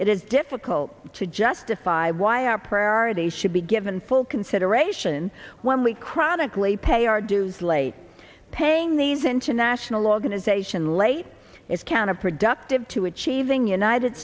it is difficult to justify why our prayer or they should be given full consideration when we chronically pay our dues late paying these international organization late is counterproductive to achieving united